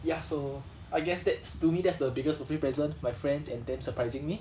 ya so I guess that's to me that's the biggest birthday present my friends and then surprising me